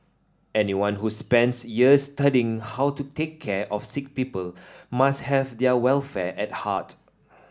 anyone who spends years studying how to take care of sick people must have their welfare at heart